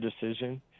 decision